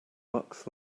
bucks